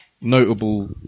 notable